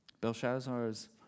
Belshazzar's